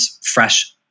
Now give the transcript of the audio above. fresh